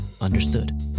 Understood